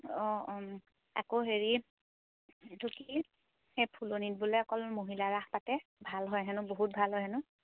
অঁ অঁ আকৌ হেৰি এইটো কি সেই ফুলনিত বোলে অকল মহিলাৰাস পাতে ভাল হয় হেনো বহুত ভাল হয় হেনো